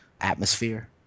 atmosphere